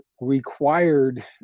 required